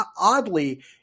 Oddly